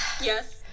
Yes